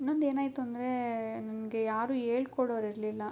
ಇನ್ನೊಂದು ಏನಾಯಿತು ಅಂದರೆ ನನಗೆ ಯಾರು ಹೇಳ್ಕೊಡೋರ್ ಇರಲಿಲ್ಲ